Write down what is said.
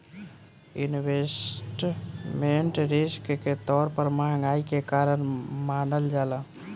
investment risk के तौर पर महंगाई के कारण मानल जाला